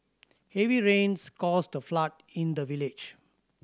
heavy rains caused a flood in the village